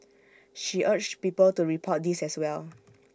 she urged people to report these as well